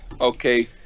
Okay